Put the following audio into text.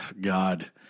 God